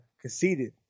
conceded